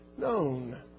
known